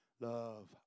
love